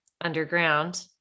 underground